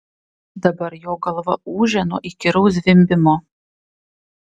dabar jo galva ūžė nuo įkyraus zvimbimo